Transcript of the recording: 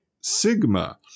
Sigma